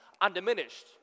undiminished